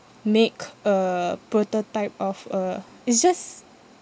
make a prototype of a it's just